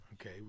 Okay